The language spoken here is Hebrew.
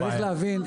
זה הבעיה.